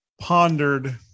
pondered